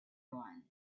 one